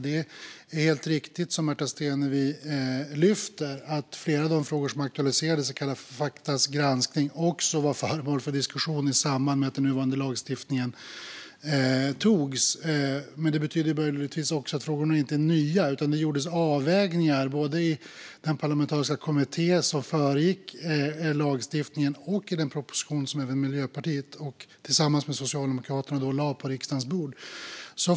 Det Märta Stenevi lyfter fram är helt riktigt, alltså att flera av de frågor som aktualiserades i Kalla f aktas granskning också var föremål för diskussion i samband med att den nuvarande lagstiftningen antogs. Det betyder naturligtvis också att frågorna inte är nya. Det gjordes avvägningar både i den parlamentariska kommitté som föregick lagstiftningen och i den proposition som Miljöpartiet, tillsammans med Socialdemokraterna, lade på riksdagens bord.